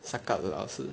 suck up to 老师